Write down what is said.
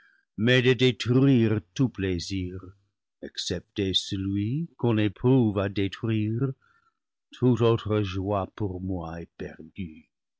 mais de détruire tout plaisir excepté celui qu'on éprouve à détruire toute autre joie pour moi est perdue